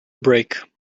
break